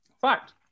Fact